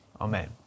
Amen